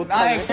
i